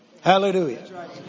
Hallelujah